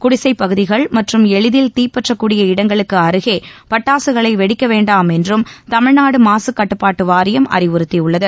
குடிசைப்பகுதிகள் மற்றும் எளிதில் தீப்பற்றக்கூடிய இடங்களுக்கு அருகே பட்டாசுகளை வெடிக்க வேண்டாம் என்றும் தமிழ்நாடு மாசுக்கட்டுப்பாட்டு வாரியம் அறிவுறுத்தியுள்ளது